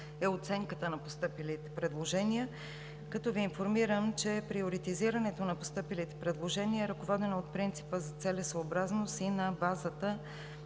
е оценката на постъпилите предложения, като Ви информирам, че приоритизирането на постъпилите предложения е ръководено от принципа за целесъобразност и на базата